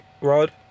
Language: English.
Rod